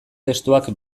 testuak